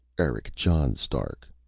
eric john stark,